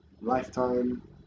lifetime